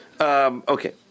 Okay